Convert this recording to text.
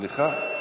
סליחה,